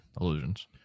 illusions